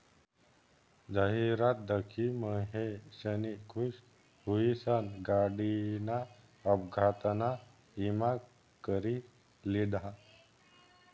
जाहिरात दखी महेशनी खुश हुईसन गाडीना अपघातना ईमा करी लिधा